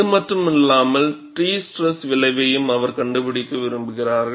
இது மட்டுமல்லாமல் T stress விளைவையும் அவர்கள் கண்டுபிடிக்க விரும்புகிறார்கள்